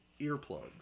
earplugs